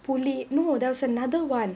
புலி:puli no there was another one